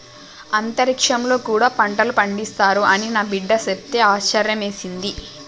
అంతరిక్షంలో కూడా పంటలు పండిస్తారు అని నా బిడ్డ చెప్తే ఆశ్యర్యమేసింది